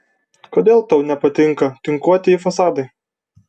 kodėl tau nepatinka tinkuotieji fasadai